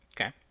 Okay